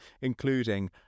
including